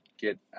get